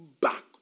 back